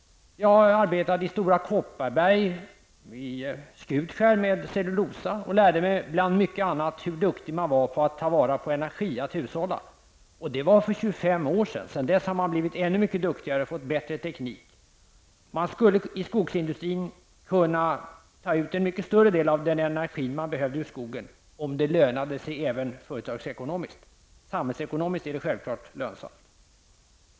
Jag arbetade i Stora Kopparberg i Skutskär med cellulosa. Där lärde jag mig bland mycket annat hur duktig man var på att ta tillvara energi och att hushålla. Det var för 25 år sedan. Sedan dess har man blivit ännu duktigare och fått bättre teknik. I skogsindustrin skulle man kunna ta ut en mycket större del av den energi man behöver ur skogen, om det lönade sig även företagsekonomiskt. Samhällsekonomiskt är det självfallet lönsamt.